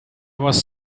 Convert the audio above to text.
was